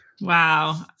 wow